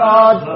God